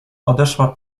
odeszła